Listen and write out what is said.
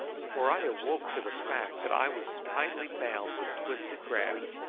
for i awoke to the fact that i was tightly bound with twisted grass,